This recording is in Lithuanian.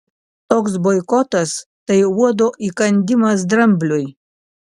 toks boikotas tai uodo įkandimas drambliui